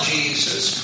Jesus